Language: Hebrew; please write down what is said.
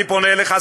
אני פונה אליך,